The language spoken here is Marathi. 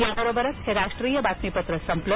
याबरोबरच हे राष्ट्रीय बातमीपत्र संपलं